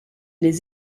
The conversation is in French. les